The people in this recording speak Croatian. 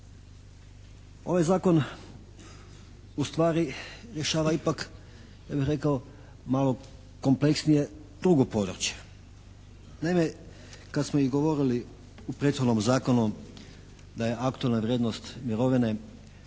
Ovaj zakon u stvari rješava ipak ja bih rekao malo kompleksnije drugo područje. Naime, kad smo i govorili u prethodnom zakonu da je aktualna vrijednost mirovine